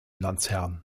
landesherrn